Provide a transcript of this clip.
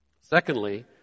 Secondly